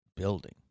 Building